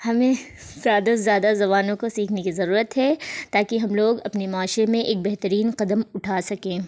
ہمیں زیادہ سے زیادہ زبانوں کو سیکھنے کی ضرورت ہے تاکہ ہم لوگ اپنے معاشرے میں ایک بہترین قدم اٹھا سکیں